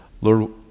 Lord